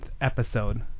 episode